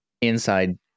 inside